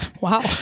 Wow